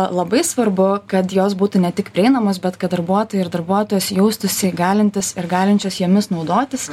labai svarbu kad jos būtų ne tik prieinamos bet kad darbuotojai ir darbuotojos jaustųsi galintys ir galinčios jomis naudotis